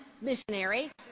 Missionary